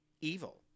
evil